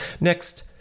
Next